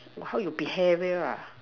how you behaviour ah